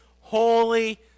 holy